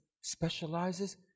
specializes